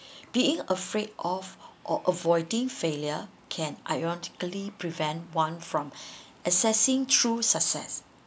being afraid of or avoiding failure can ironically prevent one from accessing true success